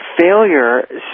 Failure